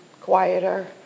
quieter